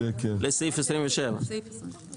לסעיף 27 יש לנו 12 הסתייגויות.